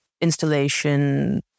installation